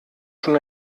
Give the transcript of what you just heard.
schon